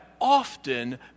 often